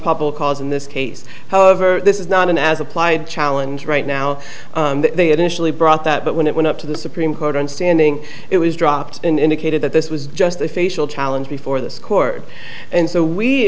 public cause in this case however this is not an as applied challenge right now they initially brought that but when it went up to the supreme court understanding it was dropped indicated that this was just a facial challenge before this court and so we